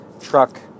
truck